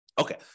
Okay